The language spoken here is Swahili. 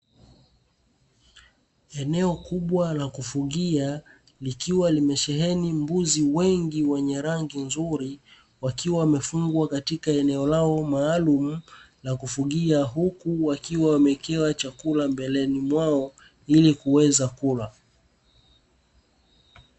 Eneo kubwa la kufugia likiwa limesheheni mbuzi wengi wenye rangi nzuri wakiwa wamefungwa katika eneo lao maalumu la kufugia uku wakiwa wameekewa chakula mbeleni mwao ilikuweza kula.